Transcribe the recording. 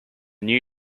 new